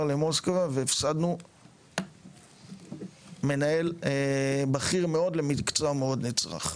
למוסקבה והפסדנו מנהל בכיר מאוד למקצוע מאוד נצרך.